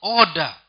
order